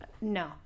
No